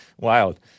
Wild